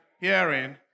hearing